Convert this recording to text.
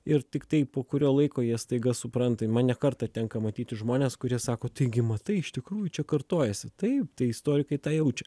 ir tiktai po kurio laiko jie staiga supranta man ne kartą tenka matyti žmones kurie sako taigi matai iš tikrųjų čia kartojasi taip tai istorikai tą jaučia